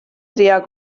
triar